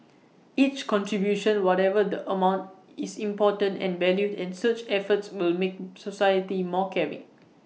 each contribution whatever the amount is important and valued and such efforts will make society more caring